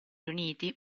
riuniti